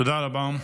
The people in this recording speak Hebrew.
תודה רבה.